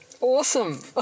awesome